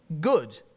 good